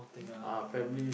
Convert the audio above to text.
ah family